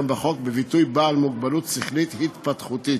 בחוק בביטוי בעל מוגבלות שכלית התפתחותית.